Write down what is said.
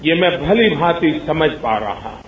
ये मैं भली भांति समझ पा रहा हूं